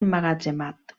emmagatzemat